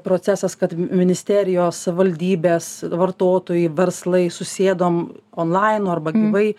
procesas kad ministerijos savivaldybės vartotojai verslai susėdom onlainu arba gyvai